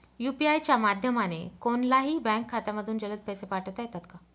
UPI च्या माध्यमाने कोणलाही बँक खात्यामधून जलद पैसे पाठवता येतात का?